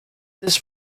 this